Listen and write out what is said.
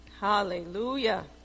Hallelujah